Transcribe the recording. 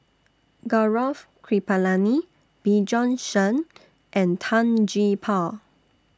Gaurav Kripalani Bjorn Shen and Tan Gee Paw